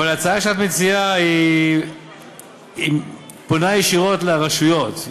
אבל ההצעה שאת מציעה פונה ישירות לרשויות.